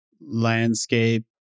landscape